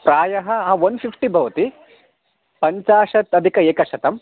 प्रायः one fifty भवति पञ्चाशत् अधिक एकशतं